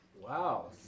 Wow